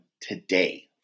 today